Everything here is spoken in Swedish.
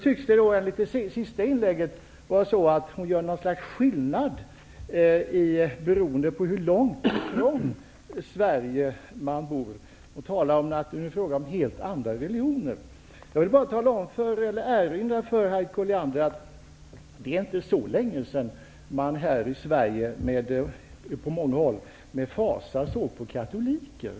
Enligt det senaste inlägget tycks hon göra något slags skillnad beroende på hur långt ifrån Sverige man bor. Hon talar om att det är fråga om helt andra religioner. Jag vill bara erinra Harriet Colliander om att det inte är så länge sedan man på många håll här i Sverige med fasa såg på katoliker.